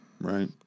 Right